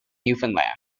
newfoundland